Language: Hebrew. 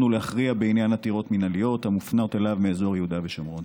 ולהכריע בעניין עתירות מינהליות המופנות אליו מאזור יהודה ושומרון.